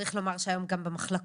צריך לומר שהיום גם במחלקות